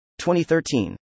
2013